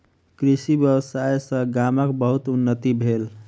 कृषि व्यवसाय सॅ गामक बहुत उन्नति भेल